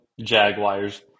Jaguars